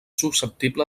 susceptible